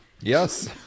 Yes